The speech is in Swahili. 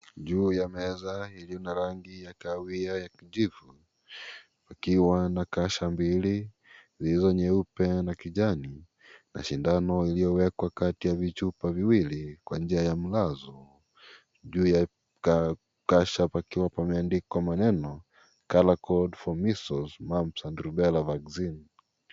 Juu ya meza iliyo na rangi ya kahawia na kijivu ikiwa na kasha mbili zilizo nyeupe na kijani na shindano iliowekwa kati ya vichupa viwili kwa njia ya mlazo juu ya kasha pakiwa pameandikwa maneno color code for measles mumps and rubella vaccine .